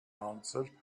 answered